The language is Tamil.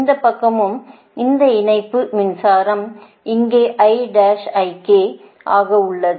இந்த பக்கமும் இந்த இணைப்பு மின்சாரம் இங்கே ஆக உள்ளது